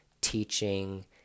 teaching